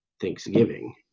Thanksgiving